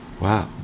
Wow